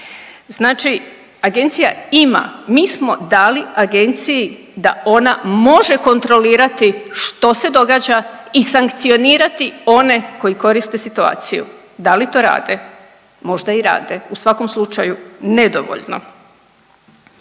Znači agencija ima, mi smo dali agenciji da ona može kontrolirati što se događa i sankcionirati one koji koriste situaciju, da li to rade? Možda i rade, u svakom slučaju nedovoljno.